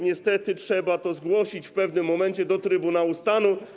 Niestety będzie trzeba to zgłosić w pewnym momencie do Trybunału Stanu.